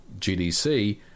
GDC